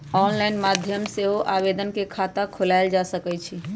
online माध्यम से सेहो आवेदन कऽ के खता खोलायल जा सकइ छइ